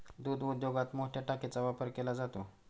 दूध उद्योगात मोठया टाकीचा वापर केला जातो